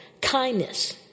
kindness